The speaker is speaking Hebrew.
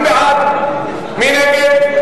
מי בעד?